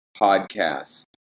podcast